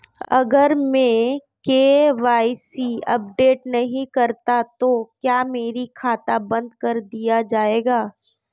अगर मैं KYC update नहीं करता तो क्या मेरा खाता बंद कर दिया जाएगा?